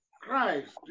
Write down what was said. Christ